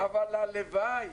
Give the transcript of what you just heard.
הלוואי.